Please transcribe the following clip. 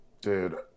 Dude